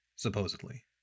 Supposedly